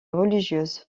religieuse